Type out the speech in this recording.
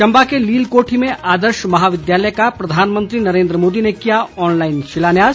चम्बा के लील कोठी में आदर्श महाविद्यालय का प्रधानमंत्री नरेन्द्र मोदी ने किया ऑनलाइन शिलान्यास